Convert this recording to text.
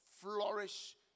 flourish